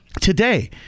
today